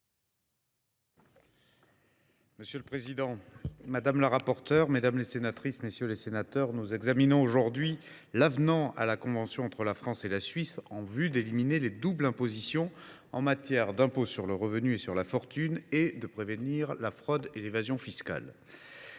Monsieur le président, madame la rapporteure, mesdames, messieurs les sénateurs, nous examinons aujourd’hui l’avenant à la convention entre la France et la Suisse en vue d’éliminer les doubles impositions en matière d’impôts sur le revenu et sur la fortune et de prévenir la fraude et l’évasion fiscale.